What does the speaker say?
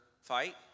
fight